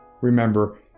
Remember